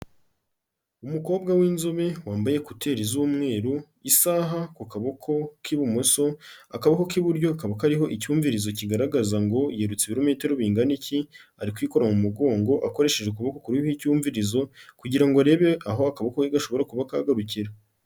Umukobwa w'inzobe wambaye ekuteri z'umweru, isaha ku kaboko k'ibumoso, akaboko k'iburyo kakaba kariho icyumvirizo kigaragaza ngo yirutse ibirometero bingana iki, ari kwikora mu mugongo akoresheje ukuboko kuriho kuriho icyumvirizo kugira ngo arebe aho akaboko ke gashobora kuba kagarukira.